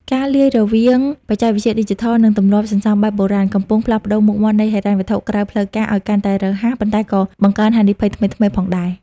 ការរលាយរវាង "បច្ចេកវិទ្យាឌីជីថល" និង "ទម្លាប់សន្សំបែបបុរាណ" កំពុងផ្លាស់ប្តូរមុខមាត់នៃហិរញ្ញវត្ថុក្រៅផ្លូវការឱ្យកាន់តែរហ័ស ប៉ុន្តែក៏បង្កើនហានិភ័យថ្មីៗផងដែរ។